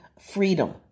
freedom